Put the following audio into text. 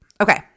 Okay